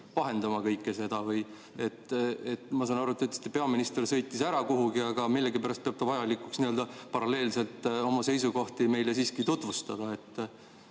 vahendama kõike seda. Ma saan aru, te ütlesite, et peaminister sõitis ära kuhugi, aga millegipärast peab ta vajalikuks n‑ö paralleelselt oma seisukohti siiski tutvustada.